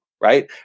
right